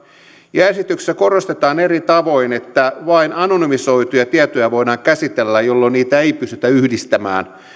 ja esityksessä korostetaan eri tavoin että vain anonymisoituja tietoja voidaan käsitellä jolloin niitä ei pystytä yhdistämään